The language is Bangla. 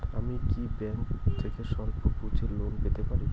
আমি কি ব্যাংক থেকে স্বল্প পুঁজির লোন পেতে পারি?